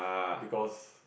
because